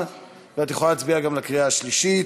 ואת יכולה להצביע גם בקריאה השלישית.